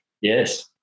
Yes